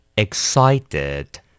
Excited